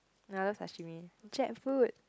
another sashimi jackfruit